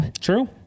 True